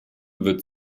wird